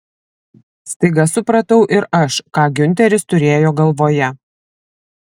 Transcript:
staiga supratau ir aš ką giunteris turėjo galvoje